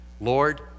Lord